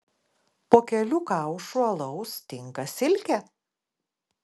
po kelių kaušų alaus tinka silkė